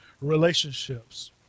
relationships